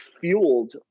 fueled